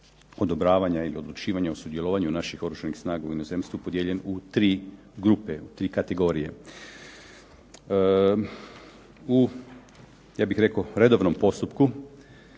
odobravanja i odlučivanja o sudjelovanju naših Oružanih snaga u inozemstvu podijeljen u tri grupe, u tri kategorije. U ja bih rekao redovnom postupku,